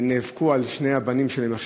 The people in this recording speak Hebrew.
ונאבקו על שני הבנים שלהם,